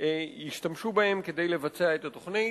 ישתמשו בהן כדי לבצע את התוכנית.